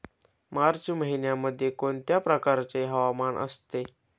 मार्च महिन्यामध्ये कोणत्या प्रकारचे हवामान असते?